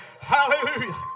Hallelujah